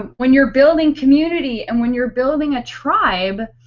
um when you're building community and when you're building a tribe.